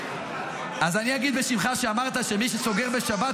אז אני אגיד בשמך שאמרת שמי שסוגר בשבת,